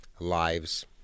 lives